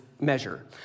measure